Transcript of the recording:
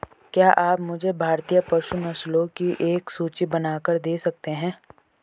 क्या आप मुझे भारतीय पशु नस्लों की एक सूची बनाकर दे सकते हैं?